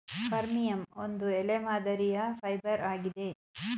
ಫರ್ಮಿಯಂ ಒಂದು ಎಲೆ ಮಾದರಿಯ ಫೈಬರ್ ಆಗಿದೆ